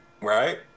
Right